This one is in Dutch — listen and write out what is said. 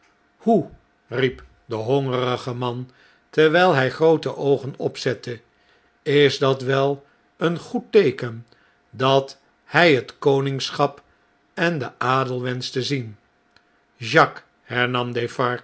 hoe riep de hongerige man terwijl hij groote oogen opzette is datweleen goedteeken dat hy net koningschap en den auel wenscht te zien jacques